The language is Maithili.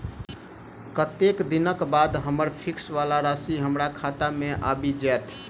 कत्तेक दिनक बाद हम्मर फिक्स वला राशि हमरा खाता मे आबि जैत?